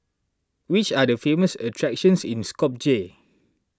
which are the famous attractions in Skopje